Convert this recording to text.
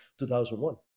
2001